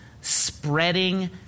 spreading